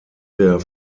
der